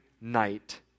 night